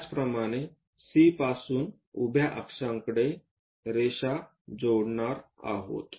त्याचप्रमाणे C पासून उभ्या अक्षांकडे रेषा जोडणार आहोत